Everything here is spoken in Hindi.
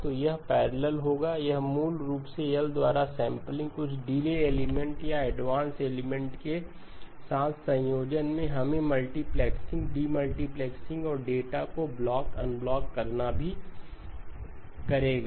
तो यह पैरलल होगा यह मूल रूप से L द्वारा सेंपलिंग है कुछ डिले एलिमेंट या एडवांस एलिमेंट के साथ संयोजन में हमें मल्टीप्लेक्सिंग डीमल्टीप्लेक्सिंग और डेटा को ब्लॉक अनब्लॉक करना भी करेगा